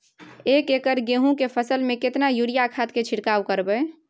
एक एकर गेहूँ के फसल में केतना यूरिया खाद के छिरकाव करबैई?